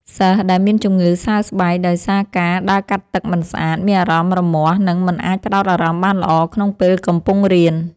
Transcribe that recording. សិស្សដែលមានជំងឺសើស្បែកដោយសារការដើរកាត់ទឹកមិនស្អាត មានអារម្មណ៍រមាស់ និងមិនអាចផ្ដោតអារម្មណ៍បានល្អក្នុងពេលកំពុងរៀន។